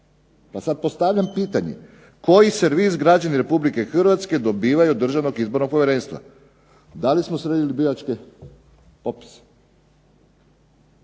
Pa sad postavljam pitanje, koji servis građani Republike Hrvatske dobivaju od Državnog izbornog povjerenstva? Da li smo sredili biračke opise?